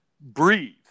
breathe